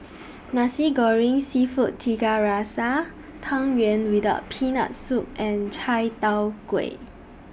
Nasi Goreng Seafood Tiga Rasa Tang Yuen without Peanut Soup and Chai Tow Kuay